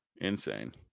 insane